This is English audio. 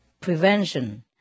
Prevention